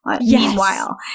meanwhile